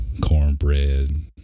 cornbread